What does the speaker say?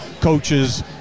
coaches